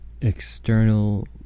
external